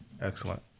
Excellent